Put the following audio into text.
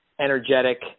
energetic